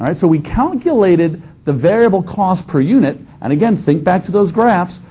and so we calculated the variable cost per unit, and, again, think back to those graphs.